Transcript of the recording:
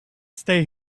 stay